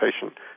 patient